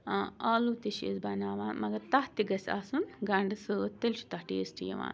آلوٗ تہِ چھِ أسۍ بَناوان مگر تَتھ تہِ گژھِ آسُن گَنڈٕ سۭتۍ تیٚلہِ چھُ تَتھ ٹیسٹ یِوان